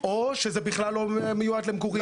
או שזה בכלל לא מיועד למגורים.